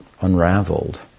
unraveled